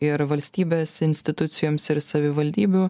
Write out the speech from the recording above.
ir valstybės institucijoms ir savivaldybių